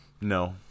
No